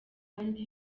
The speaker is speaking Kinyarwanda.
kandi